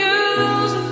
use